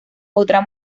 otra